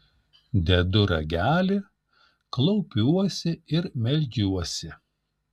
dedu ragelį klaupiuosi ir meldžiuosi